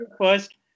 first